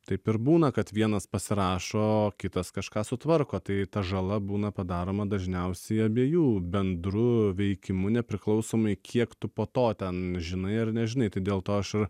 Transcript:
taip ir būna kad vienas pasirašo kitas kažką sutvarko tai ta žala būna padaroma dažniausiai abiejų bendru veikimu nepriklausomai kiek tu po to ten žinai ar nežinai tai dėl to aš ir